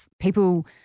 people